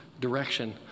direction